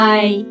Bye